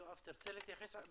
יואב, תרצה להתייחס?